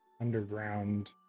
underground